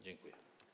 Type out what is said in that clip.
Dziękuję.